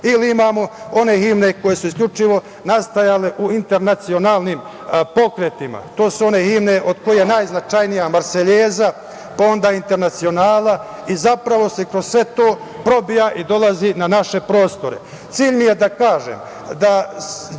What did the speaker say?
i one himne koje su isključivo nastajale u internacionalnim pokretima. To su one himne od kojih je najznačajnija "Marseljeza", "Internacionala" i zapravo se kroz sve to probija i dolazi na naše prostore. Cilj